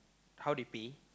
how they pay